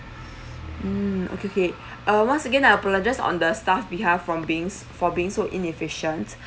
mm okay okay uh once again I apologise on the staff behalf from being s~ for being so inefficient